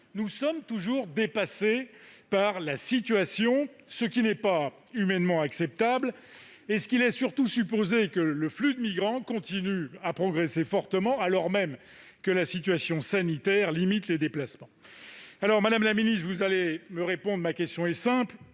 nous sommes toujours dépassés par la situation, ce qui n'est humainement pas acceptable. Cette situation laisse surtout supposer que le flux des migrants continue à progresser fortement, alors même que la situation sanitaire restreint les déplacements. Madame la ministre, ma question est simple